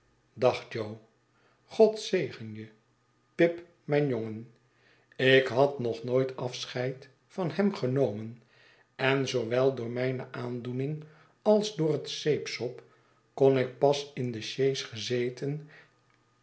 dag jo god zegen je pip mijn jongen ik had nog nooit afscheid van hem genomen en zoowel door mijne aandoening als door het zeepsop kon ik pas in de sjees gezeten